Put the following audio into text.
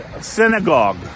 synagogue